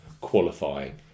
qualifying